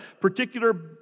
particular